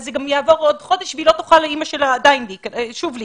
אז גם יעבור עוד חודש ואימא שלה עדיין לא תוכל להיכנס.